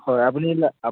হয় আপুনি